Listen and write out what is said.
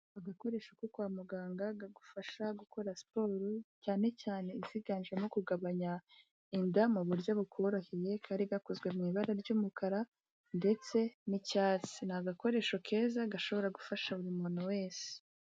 Agakoresho ko kwa muganga kagufasha gukora siporo, cyane cyane iziganjemo kugabanya inda mu buryo bukoroheye, kari gakozwe mu ibara ry'umukara ndetse n'icyatsi. Ni agakoresho keza gashobora gufasha buri muntu wese.